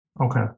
okay